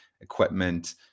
equipment